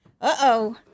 uh-oh